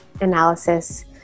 analysis